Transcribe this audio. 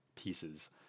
pieces